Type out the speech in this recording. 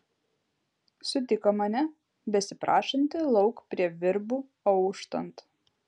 sutiko mane besiprašantį lauk prie virbų auštant